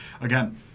Again